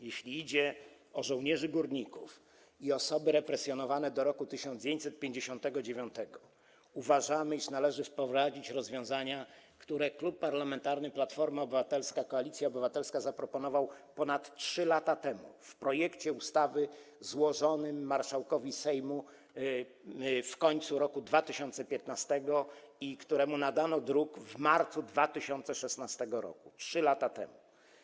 Jeśli chodzi o żołnierzy górników i osoby represjonowane do roku 1959, uważamy, iż należy wprowadzić rozwiązania, które Klub Parlamentarny Platforma Obywatelska - Koalicja Obywatelska zaproponował ponad 3 lata temu, w projekcie ustawy złożonym do marszałka Sejmu na koniec roku 2015, któremu nadano numer druku w marcu 2016 r., 3 lata temu.